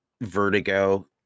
vertigo